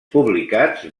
publicats